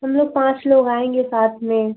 हम लोग पाँच लोग आएँगे साथ में